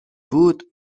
بود